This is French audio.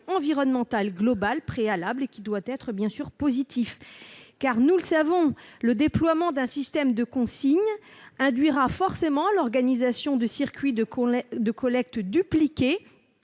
environnemental global préalable et évidemment positif, car, nous le savons, le déploiement d'un système de consigne induira forcément l'organisation du circuit de collecte dupliqué.